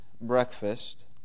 breakfast